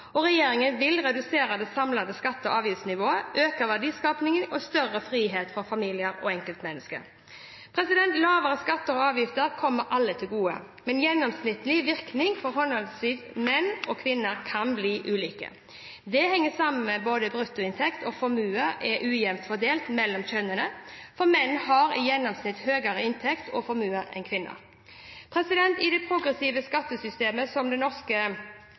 Regjeringen vil redusere det samlede skatte- og avgiftsnivået, øke verdiskapingen og gi større frihet for familier og enkeltmennesker. Lavere skatter og avgifter kommer alle til gode, men gjennomsnittlig virkning for henholdsvis menn og kvinner kan bli ulik. Det henger sammen med at både bruttoinntekt og formue er ujevnt fordelt mellom kjønnene. Menn har i gjennomsnitt høyere inntekt og formue enn kvinner. I et progressivt skattesystem som det norske